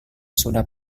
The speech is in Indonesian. sudah